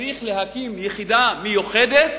שצריך להקים יחידה מיוחדת